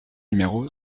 numéro